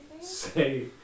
say